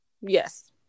Yes